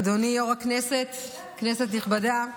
אדוני יו"ר הכנסת, כנסת נכבדה,